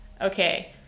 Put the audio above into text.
okay